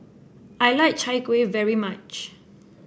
I like Chai Kueh very much